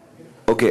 אוקיי,